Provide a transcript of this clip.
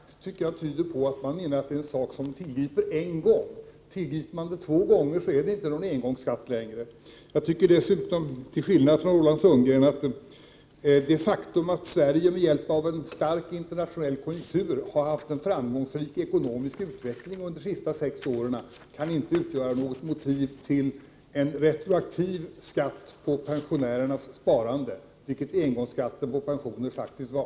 Herr talman! Begreppet engångsskatt tycker jag tyder på att man menar att det är en skatt som man skall tillgripa en gång. Om man tillgriper den två gånger så är det inte längre någon engångsskatt. Jag tycker dessutom till skillnad från Roland Sundgren att det faktum att Sverige med hjälp av en stark internationell konjunktur har haft en framgångsrik ekonomisk utveckling under de senaste sex åren inte kan utgöra något motiv till en retroaktiv skatt på pensionärernas sparande, vilket engångsskatten på pensioner faktiskt var.